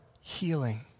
healing